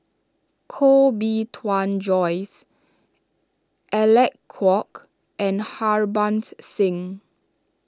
Koh Bee Tuan Joyce Alec Kuok and Harbans Singh